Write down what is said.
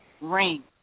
Ring